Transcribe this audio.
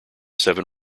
seven